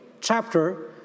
chapter